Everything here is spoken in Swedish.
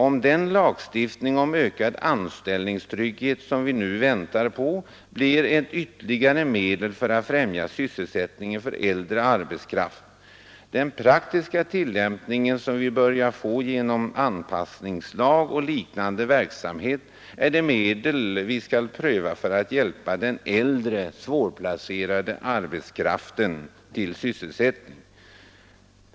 Och den lagstiftning om ökad anställningstrygghet som vi nu väntar på blir ett ytterligare medel för att främja sysselsättningen för äldre arbetskraft. Den praktiska tillämpning som vi börjar få genom anpassningslag och liknande är de medel vi skall pröva för att hjälpa äldre och svårplacerad arbetskraft till sysselsättning.